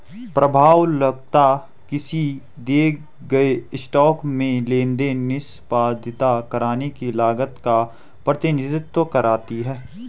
प्रभाव लागत किसी दिए गए स्टॉक में लेनदेन निष्पादित करने की लागत का प्रतिनिधित्व करती है